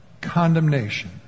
condemnation